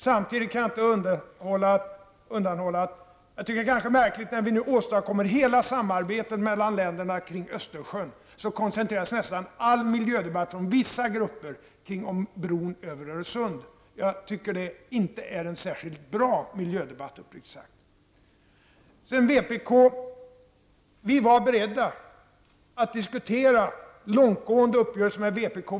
Samtidigt kan jag inte undvika att påpeka att det är ganska märkligt att vissa grupper koncentrerar nästan all miljödebatt kring bron över Öresund nu när vi åstadkommer samarbete mellan länderna kring Östersjön. Jag tycker uppriktigt sagt att detta inte är någon särskilt bra miljödebatt. Vi var våren 1988 beredda att diskutera långtgående uppgörelser med vpk.